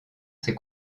ces